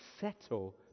settle